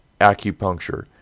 Acupuncture